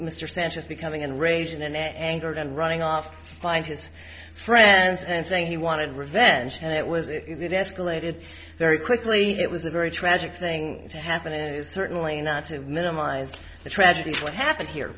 mr sanchez becoming and raising and angered and running off find his friends and saying he wanted revenge and it was it was it escalated very quickly it was a very tragic thing to happen is certainly not to minimize the tragedy of what happened here